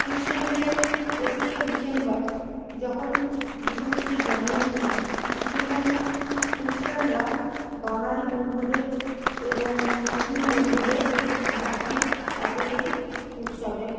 খ্রীশ্চানদের পঁচিশে ডিসেম্বর যখন যীশু খ্রিস্টের জন্মদিন হয় সেখানেও খ্রীশ্চানরা বাঙালি বন্ধুদের এবং মুসলিম বন্ধুদের ডাকেন তাদের এই উৎসবে